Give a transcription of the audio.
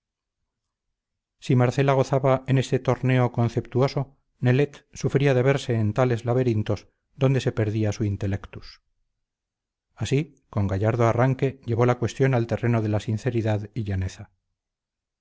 si marcela gozaba en este torneo conceptuoso nelet sufría de verse en tales laberintos donde se perdía su intellectus así con gallardo arranque llevó la cuestión al terreno de la sinceridad y llaneza